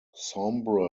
sombre